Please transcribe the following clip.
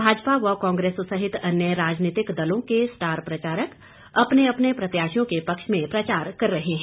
भाजपा व कांग्रेस सहित अन्य राजनीतिक दलों के स्टार प्रचारक अपने अपने प्रत्याशियों के पक्ष में प्रचार कर रहे हैं